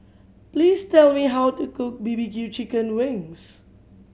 please tell me how to cook B B Q chicken wings